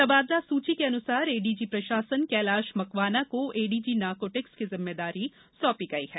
तबादला सूची के अनुसार एडीजी प्रशासन कैलाश मकवाना को एडीजी नारकोटिक्स की जिम्मेदारी सौंपी गई है